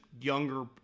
younger